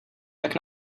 tak